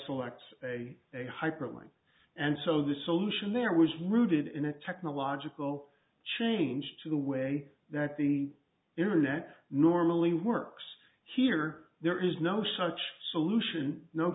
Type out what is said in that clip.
selects a hyperlink and so the solution there was rooted in a technological change to the way that the internet normally works here there is no such solution no